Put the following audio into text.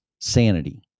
Sanity